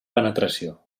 penetració